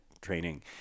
training